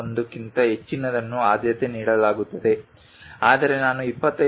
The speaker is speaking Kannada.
01 ಕ್ಕಿಂತ ಹೆಚ್ಚಿನದನ್ನು ಆದ್ಯತೆ ನೀಡಲಾಗುತ್ತದೆ ಆದರೆ ನಾನು 25